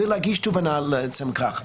ולהגיש תובענה לעצם כך.